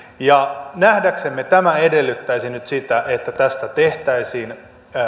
nähdäksemme tämä edellyttäisi nyt sitä että tästä tehtäisiin